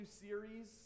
series